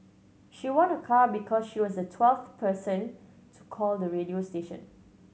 she won a car because she was the twelfth person to call the radio station